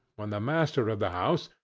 when the master of the house,